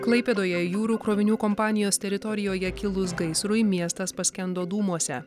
klaipėdoje jūrų krovinių kompanijos teritorijoje kilus gaisrui miestas paskendo dūmuose